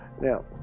Now